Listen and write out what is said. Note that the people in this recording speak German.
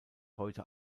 heute